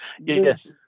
yes